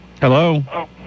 Hello